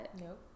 Nope